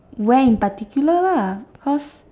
where in particular lah because